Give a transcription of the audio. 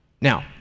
Now